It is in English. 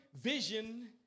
vision